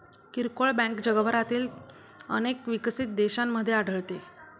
किरकोळ बँक जगभरातील अनेक विकसित देशांमध्ये आढळते